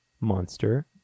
monster